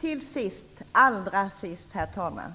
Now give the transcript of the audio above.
Till allra sist, herr talman.